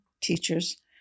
teachers